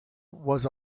was